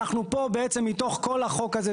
אנחנו פה, בעצם מתוך כל החוק הזה,